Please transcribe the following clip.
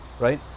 right